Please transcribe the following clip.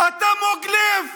אתה מוג לב.